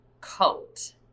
coat